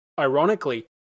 Ironically